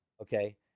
okay